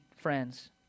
friends